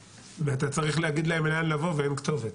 ואתה צריך להגיד להם לאן לבוא ואין כתובת,